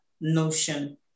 notion